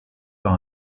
par